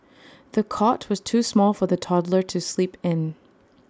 the cot was too small for the toddler to sleep in